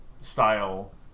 style